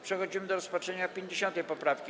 Przechodzimy do rozpatrzenia 50. poprawki.